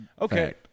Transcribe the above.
Okay